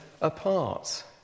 apart